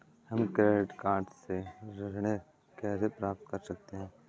हम credit card से ऋण कैसे प्राप्त कर सकते हैं?